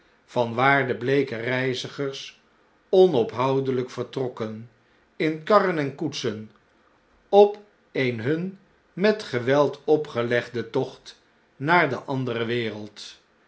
van waar bleeke reizigers onophoudeljjk vertrokken in karren en koetsen op een hun met geweld opgelegden tocht naar de andere wereld